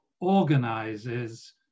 organizes